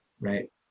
right